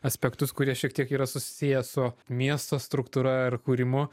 aspektus kurie šiek tiek yra susiję su miesto struktūra ir kūrimu